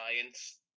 science